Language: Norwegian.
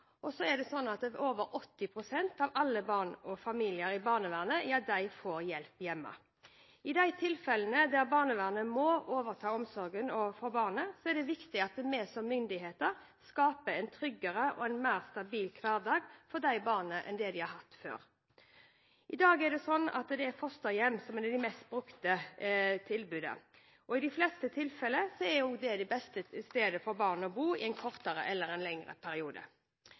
Over 80 pst. av alle barn og familier i barnevernet får hjelp hjemme. I de tilfellene der barnevernet må overta omsorgen for barnet, er det viktig at vi som myndighet skaper en tryggere og mer stabil hverdag for de barna enn det de har hatt før. I dag er det slik at det er fosterhjem som er det mest brukte tilbudet, og i de fleste tilfeller er det også det beste stedet for barn å bo i en kortere eller lengre periode.